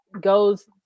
goes